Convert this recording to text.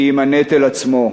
כי אם הנטל עצמו.